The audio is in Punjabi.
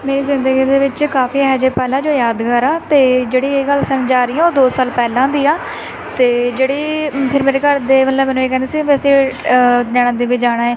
ਮੇਰੀ ਜ਼ਿੰਦਗੀ ਦੇ ਵਿੱਚ ਕਾਫੀ ਇਹੋ ਜਿਹੇ ਪਲ ਆ ਜੋ ਯਾਦਗਾਰ ਆ ਅਤੇ ਜਿਹੜੀ ਇਹ ਗੱਲ ਸਮਝਾ ਰਹੀ ਆ ਉਹ ਦੋ ਸਾਲ ਪਹਿਲਾਂ ਦੀ ਆ ਅਤੇ ਜਿਹੜੀ ਮੇਰੇ ਘਰ ਦੇ ਮਤਲਬ ਮੈਨੂੰ ਇਹ ਕਹਿੰਦੇ ਸੀ ਵੀ ਅਸੀਂ ਨੈਣਾ ਦੇਵੀ ਜਾਣਾ ਹੈ